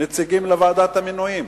נציגים לוועדת המינויים.